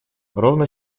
ровно